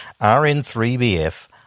RN3BF